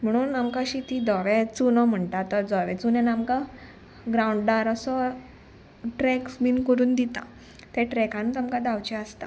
म्हणून आमकां अशी ती धवे चुनो म्हणटा तो धवे चुण्यान आमकां ग्रावंडार असो ट्रॅक्स बीन करून दिता त्या ट्रॅकानच आमकां धांवचे आसता